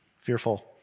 fearful